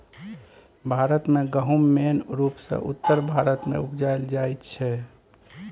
भारत मे गहुम मेन रुपसँ उत्तर भारत मे उपजाएल जाइ छै